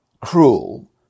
cruel